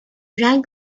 drank